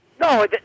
No